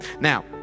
Now